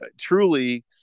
truly